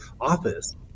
office